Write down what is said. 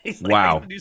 Wow